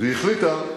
והיא החליטה,